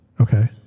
okay